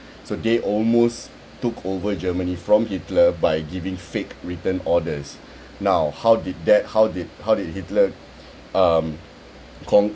so they almost took over germany from hitler by giving fake written orders now how did that how did how did hitler um con~